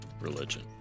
religion